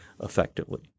effectively